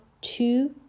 two